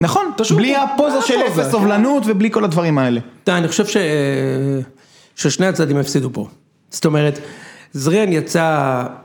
נכון, פשוט, בלי הפוזה של אפס סובלנות ובלי כל הדברים האלה. תראה, אני חושב ש... ששני הצדדים הפסידו פה. זאת אומרת, זריין יצא...